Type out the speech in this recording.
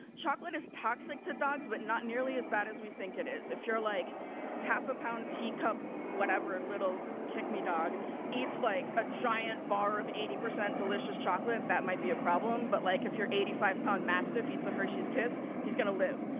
chocolate is toxic to dogs but not nearly as bad as we think it is. if you're like half a pound, teacup, whatever, little kick-me dog eats like a giant bar of eighty percent delicious chocolate that might be a problem, but like if your eighty five pound mastiff eats a hershey's kiss he's gonna live.